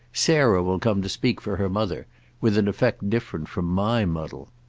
sarah will come to speak for her mother with an effect different from my muddle.